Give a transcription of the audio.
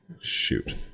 shoot